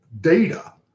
data